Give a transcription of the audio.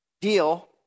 deal